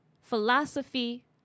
philosophy